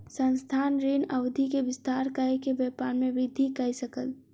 संस्थान, ऋण अवधि के विस्तार कय के व्यापार में वृद्धि कय सकल